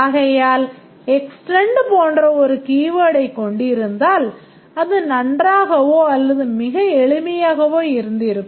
ஆகையால் extend போன்ற ஒரு keyword ஐக் கொண்டிருந்தால் அது நன்றாகவோ அல்லது மிக எளிமையாகவோ இருந்திருக்கும்